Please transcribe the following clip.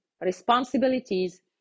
responsibilities